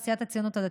סיעת הציונות הדתית,